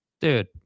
dude